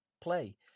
play